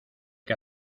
que